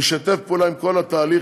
והוא שיתף פעולה בכל התהליך,